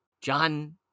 John